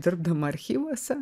dirbdama archyvuose